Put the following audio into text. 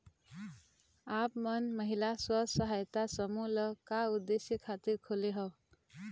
आप मन महिला स्व सहायता समूह ल का उद्देश्य खातिर खोले हँव?